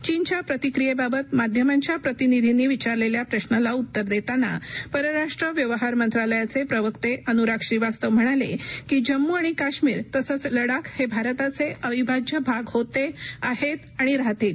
चीनच्या प्रतिक्रियेबाबत माध्यमांच्या प्रतिनिधींनी विचारलेल्या प्रश्नाला उत्तर देताना परराष्ट्र व्यवहार मंत्रालयाचे प्रवक्ते अनुराग श्रीवास्तव म्हणाले की जम्मू आणि काश्मीर तसंच लडाख हे भारताचे अविभाज्य भाग होते आहेत आणि राहतील